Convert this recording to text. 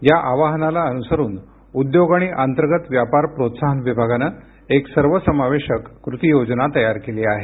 या आवाहनाला अनुसरून उद्योग आणि अंतर्गत व्यापार प्रोत्साहन विभागानं एक सर्वसमावेशक कृति योजना तयार केली आहे